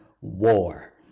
war